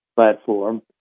platform